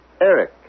Eric